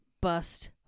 bust